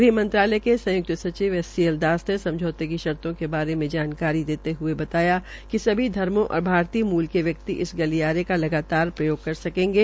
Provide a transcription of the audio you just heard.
गृहमंत्रालय के संयुक्त सचिव एस सी एल दास ने समझौते की शर्त के बारे में जानकारी देते हये बताया कि सभी धर्मो और भारतीय मुल के व्यक्ति इस गलियारे का लगातार प्रयोग कर सकेंगे